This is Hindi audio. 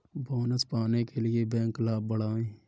बोनस पाने के लिए बैंक लाभ बढ़ाएं